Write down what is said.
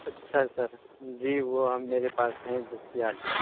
اچھا سر جی وہ ہاں میرے پاس ہیں دستیاب ہیں